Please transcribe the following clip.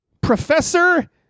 Professor